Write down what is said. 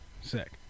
Sick